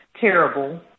terrible